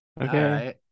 Okay